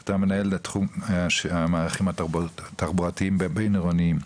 אתה מנהל תחום המערכים התחבורתיים הבינעירוניים,